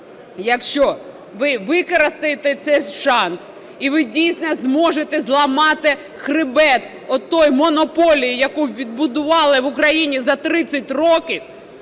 якщо ви використаєте цей шанс і ви дійсно зможете зламати хребет тієї монополії, яку відбудували в Україні за 30 років,